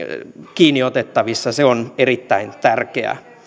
kiinni otettavissa se on erittäin tärkeää